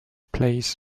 plays